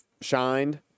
shined